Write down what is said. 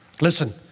Listen